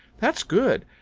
that's good.